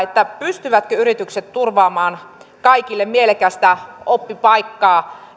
pystyvätkö yritykset turvaamaan kaikille mielekästä oppipaikkaa